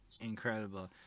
incredible